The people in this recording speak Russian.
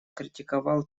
критиковал